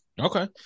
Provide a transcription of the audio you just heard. okay